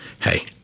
hey